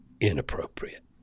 inappropriate